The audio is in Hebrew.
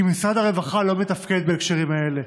כי משרד הרווחה לא מתפקד בהקשרים האלה.